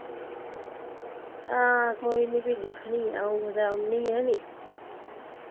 कोई निं फ्ही दिक्खनी आं अ'ऊं औन्नी आं नी